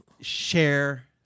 share